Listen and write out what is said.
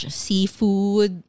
seafood